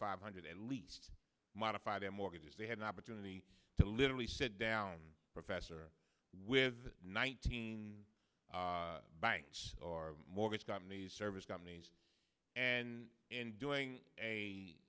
five hundred at least modify their mortgages they had an opportunity to literally sit down professor with nineteen banks or mortgage companies service companies and in doing